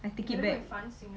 I take it back